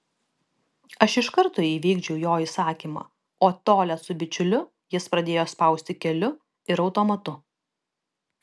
aš iš karto įvykdžiau jo įsakymą o tolią su bičiuliu jis pradėjo spausti keliu ir automatu